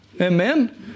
Amen